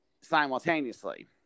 simultaneously